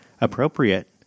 appropriate